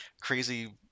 crazy